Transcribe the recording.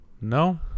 No